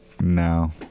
No